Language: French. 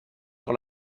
sur